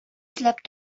эзләп